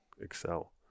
Excel